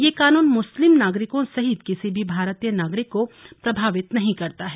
यह कानून मुस्लिम नागरिकों सहित किसी भी भारतीय नागरिक को प्रभावित नहीं करता है